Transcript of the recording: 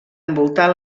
envoltar